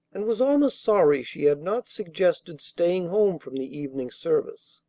and was almost sorry she had not suggested staying home from the evening service.